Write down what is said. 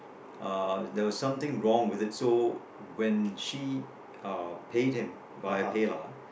uh there was something wrong with it so when she uh paid him via PayLah